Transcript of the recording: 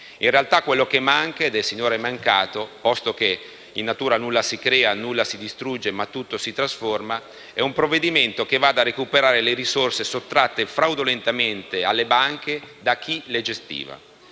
In realtà quello che manca ed è sinora mancato (posto che in natura nulla si crea, nulla si distrugge ma tutto si trasforma) è un provvedimento che vada a recuperare le risorse sottratte fraudolentemente alle banche da chi le gestiva;